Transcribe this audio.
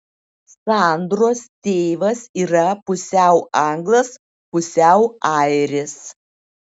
sandros tėvas yra pusiau anglas pusiau airis